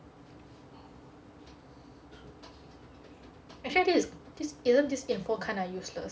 actually this isn't this info kinda useless